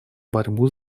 борьбу